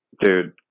Dude